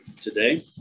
today